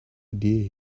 idea